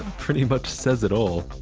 pretty much says it all.